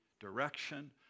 direction